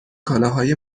کالاهای